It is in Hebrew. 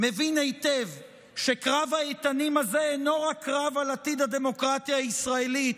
מבין היטב שקרב האיתנים הזה אינו רק קרב על עתיד הדמוקרטיה הישראלית